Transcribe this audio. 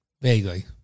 vaguely